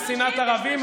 עם שנאת ערבים,